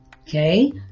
okay